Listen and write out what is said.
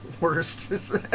worst